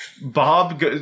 Bob